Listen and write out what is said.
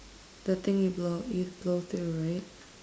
the thing you blow you blow through right